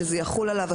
זה יחול עליו.